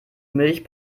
milch